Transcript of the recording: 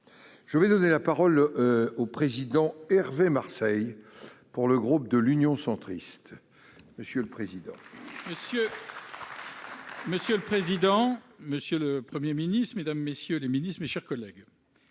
site internet. La parole est à M. Hervé Marseille, pour le groupe Union Centriste. Monsieur le président, monsieur le Premier ministre, mesdames, messieurs les ministres, mes chers collègues,